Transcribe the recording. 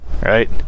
right